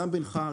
גם בינך,